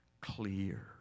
clear